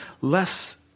less